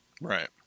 Right